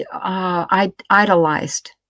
idolized